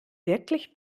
wirklich